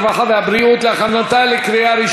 הרווחה והבריאות נתקבלה.